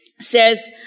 says